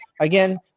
again